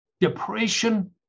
depression